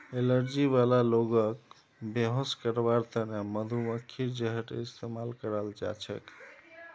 allergy वाला लोगक बेहोश करवार त न मधुमक्खीर जहरेर इस्तमाल कराल जा छेक